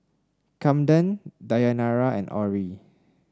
Kamden Dayanara and Orrie